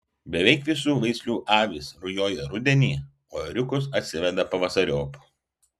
beveik visų veislių avys rujoja rudenį o ėriukus atsiveda pavasariop